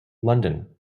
london